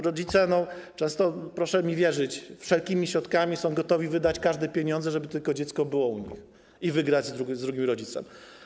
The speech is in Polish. Rodzice często, proszę mi wierzyć, walczą wszelkimi środkami, są gotowi wydać każde pieniądze, żeby tylko dziecko było u nich i wygrać z drugim rodzicem.